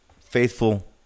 faithful